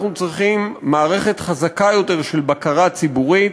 אנחנו צריכים מערכת חזקה יותר של בקרה ציבורית,